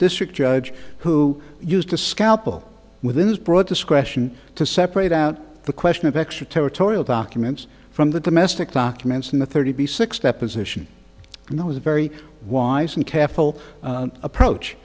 district judge who used the scalpel within his broad discretion to separate out the question of extraterritorial documents from the domestic documents in the thirty six deposition and that was a very wise and careful approach